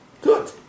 Good